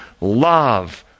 love